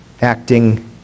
Acting